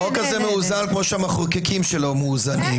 החוק הזה מאוזן כמו שהמחוקקים שלו מאוזנים.